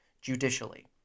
judicially